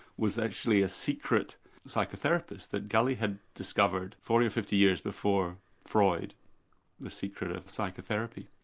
was actually a secret psychotherapist, that gully had discovered forty or fifty years before freud the secret of psychotherapy.